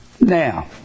Now